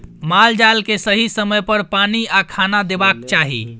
माल जाल केँ सही समय पर पानि आ खाना देबाक चाही